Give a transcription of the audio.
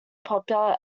popular